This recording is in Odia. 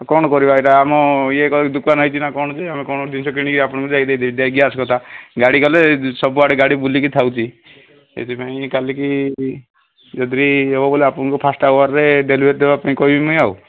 କ'ଣ କରିବା ଏଇଟା ଆମ ଇଏ କରି ଦୋକାନ ହେଇଛିନା କ'ଣ ଯେ ଆମେ କ'ଣ ଜିନିଷ କିଣିକି ଆପଣଙ୍କୁ ଯାଇ ଯାଇ ଗ୍ୟାସ୍ କଥା ଗାଡ଼ି ଗଲେ ସବୁ ଆଡ଼େ ଗାଡ଼ି ବୁଲିକି ଥାଉଛି ଏଥିପାଇଁ କାଲିକି ଯଦିବି ହେବ ବୋଲେ ଆପଣଙ୍କୁ ଫାଷ୍ଟ ଆୱାରରେ ଡେଲିଭରି ଦେବା ପାଇଁ କହିବି ମୁଇଁ ଆଉ